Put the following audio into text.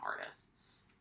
artists